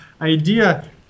idea